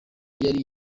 yari